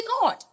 God